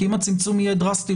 כי אם הצמצום יהיה דרסטי,